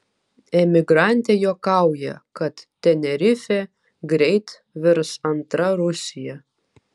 emigrantė juokauja kad tenerifė greit virs antra rusija